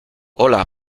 hola